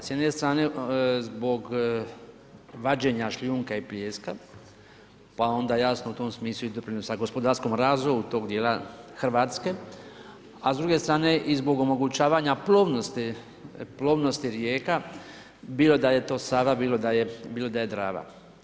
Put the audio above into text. S jedne strane zbog vađenja šljunka i pijeska, pa onda jasno u tom smislu i doprinosa gospodarskom razvoju tog dijela Hrvatske a s druge strane i zbog omogućavanja plovnosti rijeka, bilo da je to Sava, bilo da je Drava.